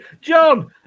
John